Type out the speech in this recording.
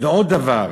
ועוד דבר,